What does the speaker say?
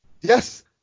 Yes